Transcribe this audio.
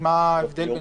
מה ההבדל?